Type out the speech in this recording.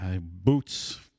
Boots